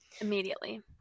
Immediately